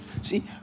See